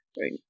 Right